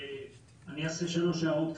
אני אומר שלוש הערות קצרות.